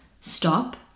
Stop